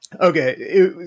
Okay